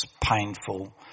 painful